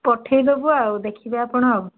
ପଠାଇଦେବୁ ଆଉ ଦେଖିବେ ଆପଣ ଆଉ